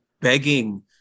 begging